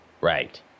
Right